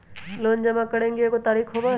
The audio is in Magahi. लोन जमा करेंगे एगो तारीक होबहई?